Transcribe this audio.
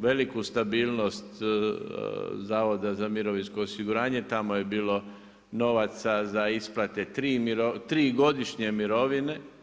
veliku stabilnost Zavoda za mirovinsko osiguranje, tamo je bilo novaca za isplate tri godišnje mirovine.